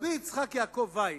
רבי יצחק יעקב וייס,